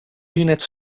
units